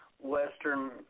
Western